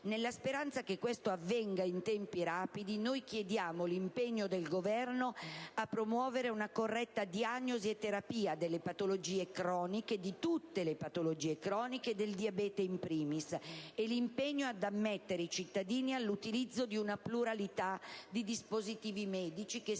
Nella speranza che questo avvenga in tempi rapidi, noi chiediamo l'impegno del Governo a promuovere una corretta diagnosi e terapia di tutte le patologie croniche (di tutte le patologie croniche, e del diabete *in primis*)*,* e ad ammettere i cittadini all'utilizzo di una pluralità di dispositivi medici che